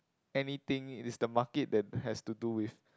anything it is the market that has to do with